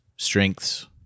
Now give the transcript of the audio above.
strengths